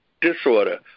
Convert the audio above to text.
disorder